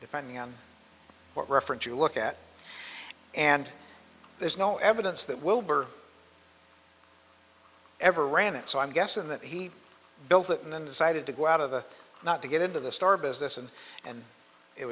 depending on what reference you look at and there's no evidence that wilbur ever ran it so i'm guessing that he built it and then decided to go out of the not to get into the store business and and it